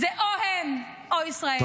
זה או הם או ישראל.